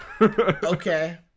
Okay